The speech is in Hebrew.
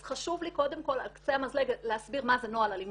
אז חשוב לי קודם כל על קצה המזלג להסביר מה זה נוהל אלימות.